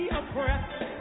oppressed